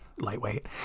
lightweight